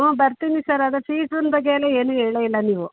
ಹ್ಞೂ ಬರ್ತೀನಿ ಸರ್ ಆದರೆ ಫೀಸಿನ ಬಗ್ಗೆ ಎಲ್ಲ ಏನೂ ಹೇಳೇ ಇಲ್ಲ ನೀವು